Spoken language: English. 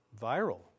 viral